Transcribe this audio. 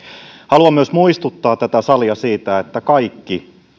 haluan myös muistuttaa tätä salia siitä että kaikki